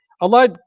Allah